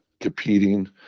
competing